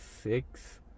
six